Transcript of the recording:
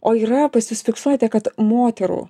o yra pas jus fiksuojate kad moterų